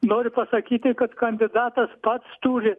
noriu pasakyti kad kandidatas pats turi